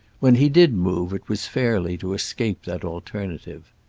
when he did move it was fairly to escape that alternative.